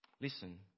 listen